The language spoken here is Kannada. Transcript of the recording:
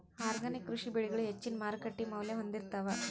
ಆರ್ಗ್ಯಾನಿಕ್ ಕೃಷಿ ಬೆಳಿಗಳು ಹೆಚ್ಚಿನ್ ಮಾರುಕಟ್ಟಿ ಮೌಲ್ಯ ಹೊಂದಿರುತ್ತಾವ